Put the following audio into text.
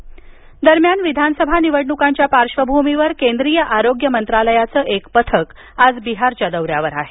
पथक दरम्यान विधासभा निवडणुकांच्या पार्श्वभूमीवर आज केंद्रीय आरोग्य मंत्रालयाचं एक पथक आज बिहारच्या दौऱ्यावर आहे